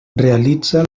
realitza